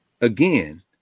Again